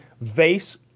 vase